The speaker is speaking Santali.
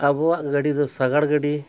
ᱟᱵᱚᱣᱟᱜ ᱜᱟᱹᱰᱤ ᱫᱚ ᱥᱟᱜᱟᱲ ᱜᱟᱹᱰᱤ